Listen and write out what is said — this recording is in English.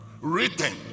written